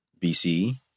BC